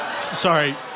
Sorry